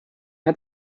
hat